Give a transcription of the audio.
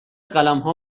قلمها